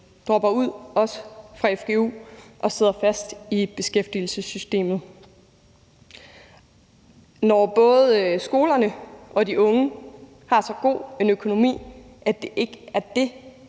dropper ud, også fra fgu, og sidder fast i beskæftigelsessystemet, og når både skolerne og de unge har så god en økonomi, at det ikke er